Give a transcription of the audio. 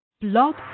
Blog